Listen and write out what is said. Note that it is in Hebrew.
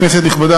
כנסת נכבדה,